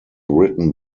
written